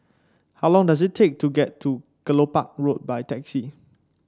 how long does it take to get to Kelopak Road by taxi